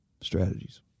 strategies